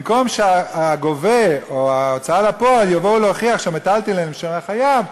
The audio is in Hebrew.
במקום שהגובה או ההוצאה לפועל יבואו להוכיח שהמיטלטלין הם של החייב,